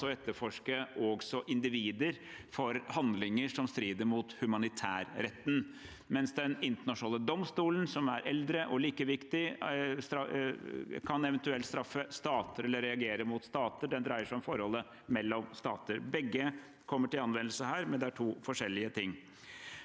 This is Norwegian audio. etterforske også individer for handlinger som strider mot humanitærretten, mens Den internasjonale domstolen, ICJ, som er eldre og like viktig, kan eventuelt straffe stater eller reagere mot stater. Den dreier seg om forholdet mellom stater. Begge kommer til anvendelse her, men det er to forskjellige ting.